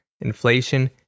inflation